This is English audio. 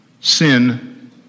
sin